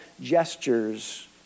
gestures